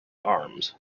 arms